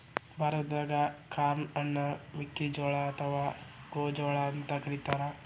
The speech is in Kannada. ಭಾರತಾದಾಗ ಕಾರ್ನ್ ಅನ್ನ ಮೆಕ್ಕಿಜೋಳ ಅತ್ವಾ ಗೋಂಜಾಳ ಅಂತ ಕರೇತಾರ